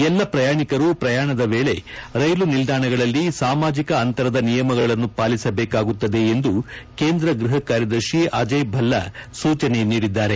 ಎಲ್ಲಾ ಪ್ರಯಾಣಿಕರು ಪ್ರಯಾಣದ ವೇಳೆ ರೈಲು ನಿಲ್ದಾಣಗಳಲ್ಲಿ ಸಾಮಾಜಿಕ ಅಂತರದ ನಿಯಮಗಳನ್ನು ಪಾಲಿಸಬೇಕಾಗುತ್ತದೆ ಎಂದು ಕೇಂದ್ರ ಗೃಪ ಕಾರ್ಯದರ್ಶಿ ಅಜಯ್ ಭಲ್ಲಾ ಸೂಚನೆ ನೀಡಿದ್ದಾರೆ